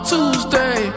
Tuesday